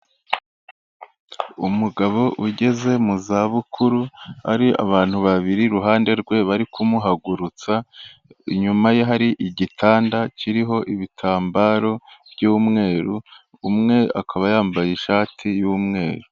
Umugabo ugeze mu za bukuru hari abantu babiri iruhande rwe bari kumuhagurutsa, inyuma ye hari igitanda kiriho ibitambaro by'umweru, umwe akaba yambaye ishati y'umweru.